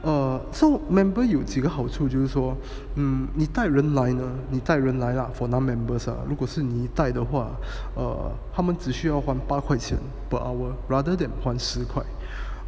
err so member 有几个好处就是说 mm 你带人来呢你带人来 lah for non members ah 如果是你带的话 err 他们只需要还八块钱 per hour rather than 还十块